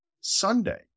Sunday